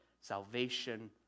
salvation